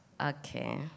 Okay